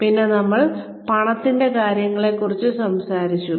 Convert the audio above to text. പിന്നെ നമ്മൾ പണത്തിന്റെ കാര്യങ്ങളെക്കുറിച്ച് സംസാരിച്ചു